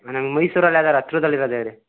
ಹಾಂ ನಂಗೆ ಮೈಸೂರಲ್ಲಿ ಯಾವ್ದಾರೂ ಹತ್ರದಲ್ ಇರೋದು ಹೇಳಿ